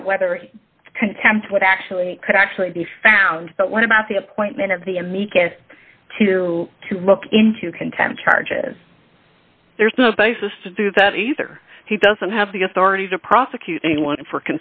about whether contempt would actually could actually be found but what about the appointment of the amicus to to look into contempt charges there's no basis to do that either he doesn't have the authority to prosecute anyone for